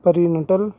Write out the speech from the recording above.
prenatal